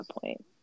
point